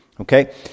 okay